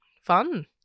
Fun